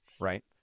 right